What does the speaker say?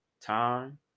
time